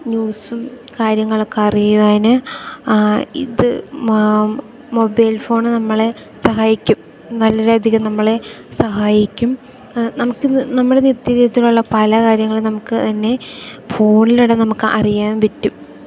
ന്യൂസും കാര്യങ്ങളൊക്കെ അറിയുവാൻ ഇത് മൊബൈൽ ഫോണ് നമ്മളെ സഹായിക്കും വളരെ അധികം നമ്മളെ സഹായിക്കും നമുക്കിത് നമ്മുടെ നിത്യജീവിതത്തിലുള്ള പല കാര്യങ്ങളും നമുക്കുതന്നെ ഫോണിലൂടെ നമുക്ക് അറിയാൻ പറ്റും